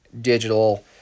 digital